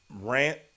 rant